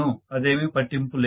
అదేమి పట్టింపు లేదు